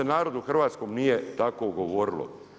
narodu hrvatskom nije tako govorilo.